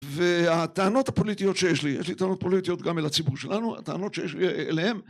והטענות הפוליטיות שיש לי, יש לי טענות פוליטיות גם לציבור שלנו, הטענות שיש לי אליהם